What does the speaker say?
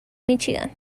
míchigan